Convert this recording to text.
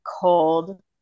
cold